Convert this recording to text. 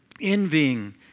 Envying